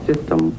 System